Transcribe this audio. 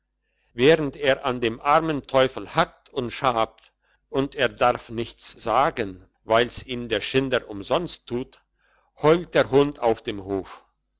während er an dem armen teufel hackt und schabt und er darf nichts sagen weil's ihm der schinder umsonst tut heult der hund auf dem hof